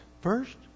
first